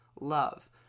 love